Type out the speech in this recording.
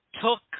took